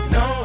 no